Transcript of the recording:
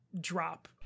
drop